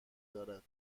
دارد